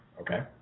Okay